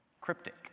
cryptic